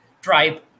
tribe